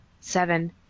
seven